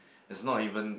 it's not even